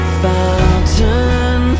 fountain